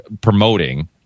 promoting